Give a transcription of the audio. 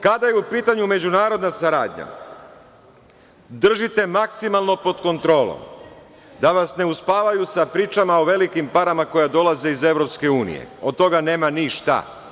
Kada je u pitanju međunarodna saradnja, držite maksimalno pod kontrolom da vas ne uspavaju sa pričama o velikim parama koje dolaze iz EU, od toga nema ništa.